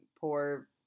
poor